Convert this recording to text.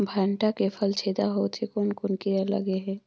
भांटा के फल छेदा होत हे कौन कीरा लगे हे?